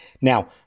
Now